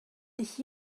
nicht